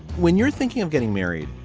when you're thinking of getting married,